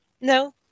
No